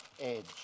edge